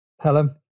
Helen